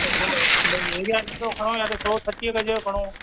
त पोइ भई एरिया नंढो खणो या त थोरो छटीह गज जो खणो